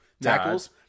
tackles